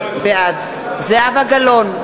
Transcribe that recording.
בעד זהבה גלאון,